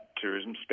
tourism